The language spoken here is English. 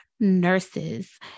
nurses